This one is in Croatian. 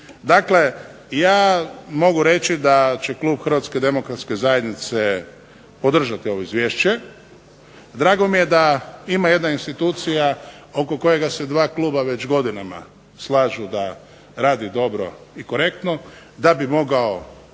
Dakle, ja mogu reći da će klub HDZ-a podržati ovo izvješće. Drago mi je da ima jedna institucija oko kojega se dva kluba već godinama slažu da radi dobro i korektno da bi možda